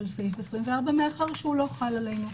של סעיף 24 מאחר והוא לא חל עלינו.